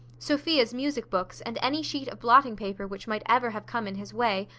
sophia's music-books, and any sheet of blotting-paper which might ever have come in his way,